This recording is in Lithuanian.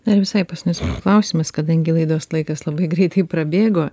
na ir visai paskutinis klausimas kadangi laidos laikas labai greitai prabėgo